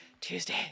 Tuesday